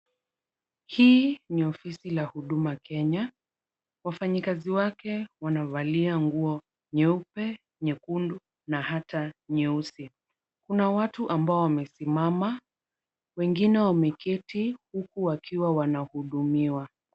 Hii ni ofisi ya Huduma Kenya, wafanyikazi wake wamevalia nguo nyeupe, nyekundu na hata nyeusi. Kuna watu ambao wamesimama, wengine wameketi huku wakiwa wanaohudumiwa.